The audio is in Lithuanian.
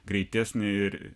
greitesnei ir